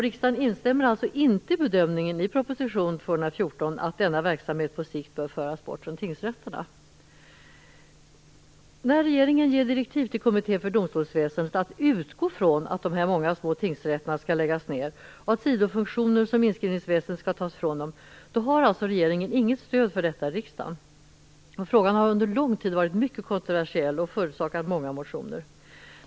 Riksdagen instämmer alltså inte i bedömningen i proposition 214 att denna verksamhet på sikt bör föras bort från tingsrätterna. När regeringen ger direktiv till Kommittén för domstolsväsendet att utgå från att de många små tingsrätterna skall läggas ned, och att sidofunktioner som inskrivningsväsendet skall tas ifrån dem, har regeringen alltså inget stöd för detta i riksdagen. Frågan har under lång tid varit mycket kontroversiell och förorsakat många motioner.